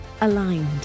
aligned